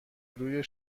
روی